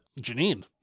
Janine